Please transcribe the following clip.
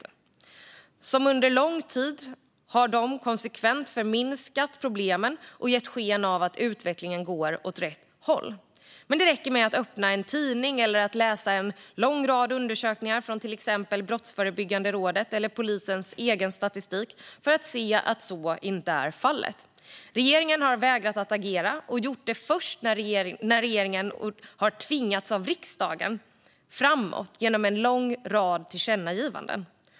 De har under lång tid konsekvent förminskat problemen och gett sken av att utvecklingen går åt rätt håll. Men det räcker med att öppna en tidning eller att läsa en lång rad undersökningar från till exempel Brottsförebyggande rådet eller polisens egen statistik för att se att så inte är fallet. Regeringen har vägrat att agera och gjort det först när riksdagen har tvingat den framåt genom en lång rad olika tillkännagivanden.